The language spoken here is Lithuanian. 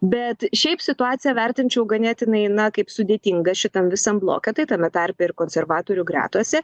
bet šiaip situaciją vertinčiau ganėtinai na kaip sudėtingą šitam visam bloke tai tame tarpe ir konservatorių gretose